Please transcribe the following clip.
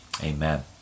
Amen